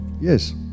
Yes